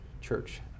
church